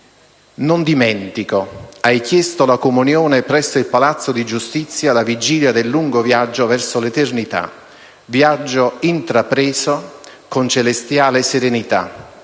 Non dimentico: hai chiesto la comunione presso il palazzo di giustizia alla vigilia del lungo viaggio verso l'eternità, viaggio intrapreso con celestiale serenità,